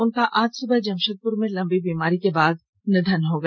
उनका आज सुबह जमशेदपुर में लंबी बीमारी के बाद निधन हो गया